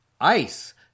ice